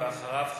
ואחריו,